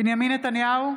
בנימין נתניהו,